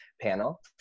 panel